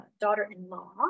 daughter-in-law